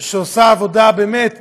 שעושה עבודה באמת טובה.